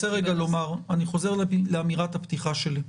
אני חוזר לאמירת הפתיחה שלי: